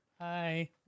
Hi